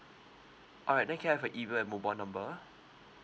all right then can I have your email and mobile number